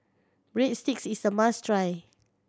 breadsticks is a must try